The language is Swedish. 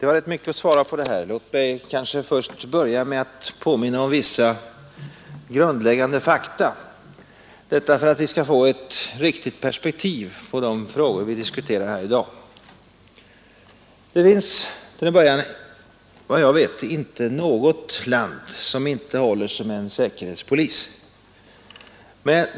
Herr talman! Det var rätt mycket att svara på. Låt mig börja med att påminna om vissa grundläggande fakta för att vi skall få ett riktigt perspektiv på de frågor vi diskuterar här i dag Det finns, såvitt jag vet, inte något land som inte håller sig med en säkerhetspolis.